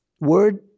word